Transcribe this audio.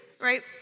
right